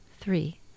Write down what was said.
three